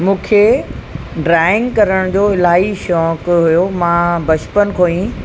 मूंखे ड्रॉइंग करण जो इलाही शौक़ु हुयो मां बचपन खां ई